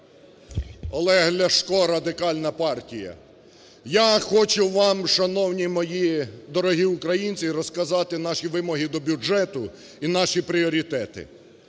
Олег Ляшко, Радикальна партія. Я хочу вам, шановні мої дорогі українці, розказати наші вимоги до бюджету і наші пріоритети.